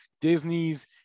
Disney's